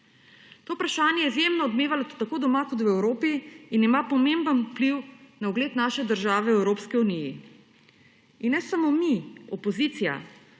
To vprašanje je izjemno odmevalo tako doma, kot v Evropi in ima pomemben vpliv na ogled naše države v Evropski uniji. In ne samo mi, opozicija,